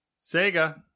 Sega